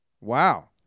Wow